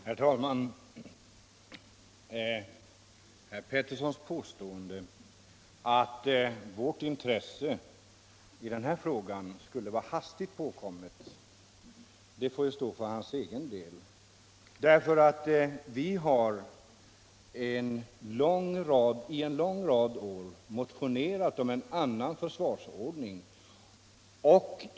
Herr talman! Herr Peterssons i Gäddvik påstående att vårt intresse för denna fråga skulle vara hastigt påkommet får stå för hans egen räkning. Vi har under en lång rad år motionerat om en annan försvarsordning.